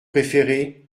préférée